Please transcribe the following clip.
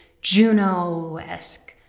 Juno-esque